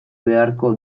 beharko